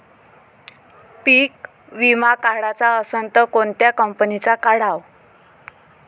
पीक विमा काढाचा असन त कोनत्या कंपनीचा काढाव?